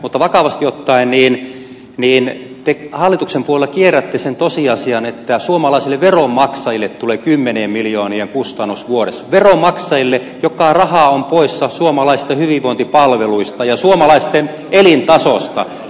mutta vakavasti ottaen te hallituksen puolella kierrätte sen tosiasian että suomalaisille veronmaksajille tulee kymmenien miljoonien kustannus vuodessa ja se raha on poissa suomalaisista hyvinvointipalveluista ja suomalaisten elintasosta